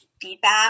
feedback